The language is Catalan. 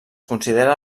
considera